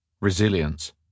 RESILIENCE